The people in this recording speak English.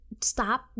stop